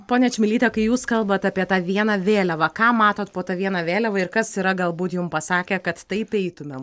ponia čmilyte kai jūs kalbat apie tą vieną vėliavą ką matot po ta viena vėliava ir kas yra galbūt jum pasakę kad taip eitumėm